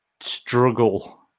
struggle